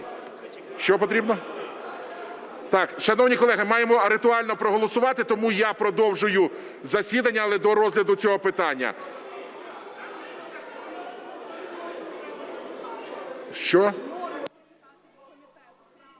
колеги, зараз. Шановні колеги, маємо ритуально проголосувати, тому я продовжую засідання, але до розгляду цього питання.